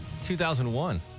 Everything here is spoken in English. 2001